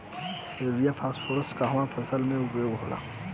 Urea phosphorus कवना फ़सल में उपयोग होला?